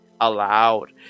allowed